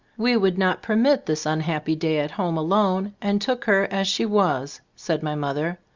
we would not per mit this unhappy day at home alone, and took her as she was, said my mother.